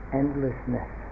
endlessness